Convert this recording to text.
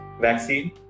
vaccine